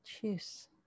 Choose